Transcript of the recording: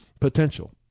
potential